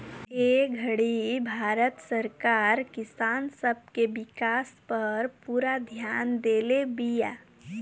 ए घड़ी भारत सरकार किसान सब के विकास पर पूरा ध्यान देले बिया